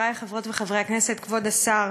חברי חברות וחברי הכנסת, כבוד השר,